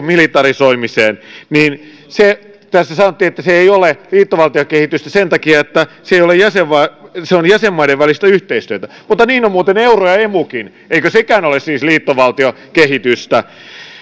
militarisoimiseen niin tässä sanottiin että se ei ole liittovaltiokehitystä sen takia että se on jäsenmaiden välistä yhteistyötä mutta niin on muuten euro ja emukin eivätkö nekään ole siis liittovaltiokehitystä